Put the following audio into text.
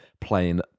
playing